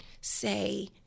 say